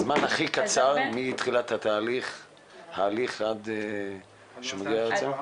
הזמן הכי קצר מתחילת התהליך עד שהוא מגיע ארצה?